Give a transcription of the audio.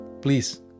please